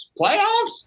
Playoffs